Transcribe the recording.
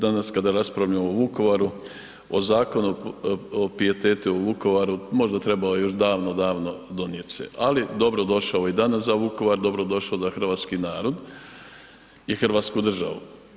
Danas kada raspravljamo o Vukovaru o Zakonu o pijetetu u Vukovaru možda trebao je još davno, davno donijeti se, ali dobro došao i danas za Vukovar, dobro došao za hrvatski narod i Hrvatsku državu.